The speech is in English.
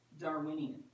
Darwinian